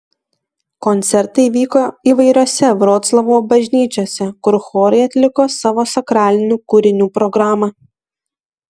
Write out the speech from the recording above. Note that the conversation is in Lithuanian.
koncertai vyko įvairiose vroclavo bažnyčiose kur chorai atliko savo sakralinių kūrinių programą